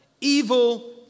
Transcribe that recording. evil